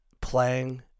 playing